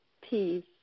peace